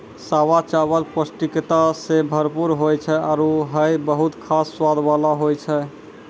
सावा चावल पौष्टिकता सें भरपूर होय छै आरु हय बहुत खास स्वाद वाला होय छै